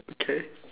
okay